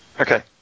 Okay